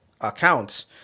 accounts